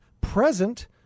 present